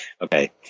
okay